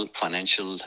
financial